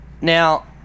Now